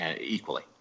equally